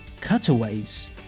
cutaways